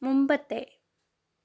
മുമ്പത്തെ